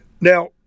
Now